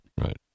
Right